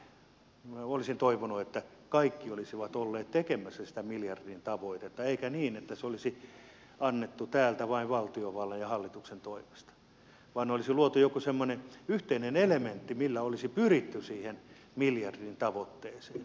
minä olisin toivonut että kaikki olisivat olleet tekemässä sitä miljardin tavoitetta eikä niin että se olisi annettu täältä vain valtiovallan ja hallituksen toimesta vaan olisi luotu joku semmoinen yhteinen elementti millä olisi pyritty siihen miljardin tavoitteeseen